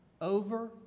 over